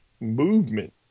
movement